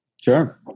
Sure